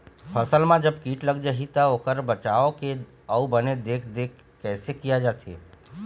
फसल मा जब कीट लग जाही ता ओकर बचाव के अउ बने देख देख रेख कैसे किया जाथे?